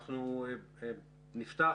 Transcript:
אנחנו נפתח